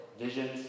visions